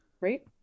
right